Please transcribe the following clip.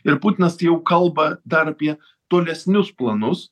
ir putinas jau kalba dar apie tolesnius planus